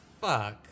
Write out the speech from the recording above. fuck